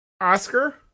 Oscar